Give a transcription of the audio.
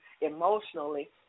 emotionally